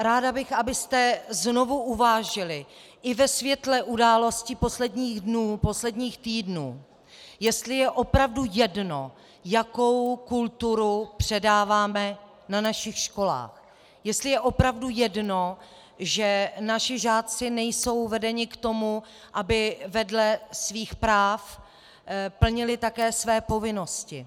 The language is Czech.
Ráda bych, abyste znovu uvážili i ve světle událostí posledních dnů, posledních týdnů, jestli je opravdu jedno, jakou kulturu předáváme na našich školách, jestli je opravdu jedno, že naši žáci nejsou vedeni k tomu, aby vedle svých práv plnili také své povinnosti.